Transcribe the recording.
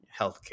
healthcare